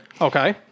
Okay